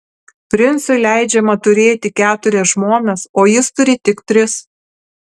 princui leidžiama turėti keturias žmonas o jis turi tik tris